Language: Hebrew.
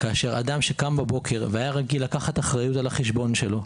אדם שקם בבוקר והיה רגיל לקחת אחריות על החשבון שלו,